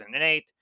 2008